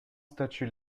statut